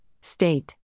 state